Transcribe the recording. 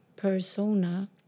persona